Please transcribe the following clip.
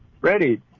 ready